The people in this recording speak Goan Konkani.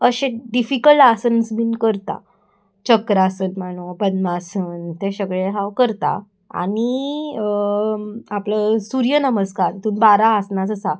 अशे डिफिकल्ट आसन्स बीन करता चक्रासन म्हणो पद्मासन तें सगळें हांव करता आनी आपलो सूर्य नमस्कार तितून बारा आसनास आसा